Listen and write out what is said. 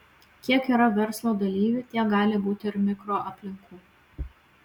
kiek yra verslo dalyvių tiek gali būti ir mikroaplinkų